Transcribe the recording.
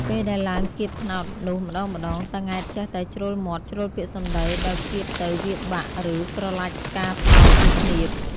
ពេលដែលឡើងគាបត្នោតនោះ ម្តងៗ តាង៉ែតចេះតែជ្រុលមាត់ ជ្រុលពាក្យសម្ដី ដោយគាបទៅវាបាក់ ឬក្រឡាច់ផ្កាត្នោតពីឃ្នាប ។